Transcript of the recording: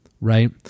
right